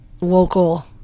local